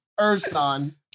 Urson